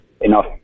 enough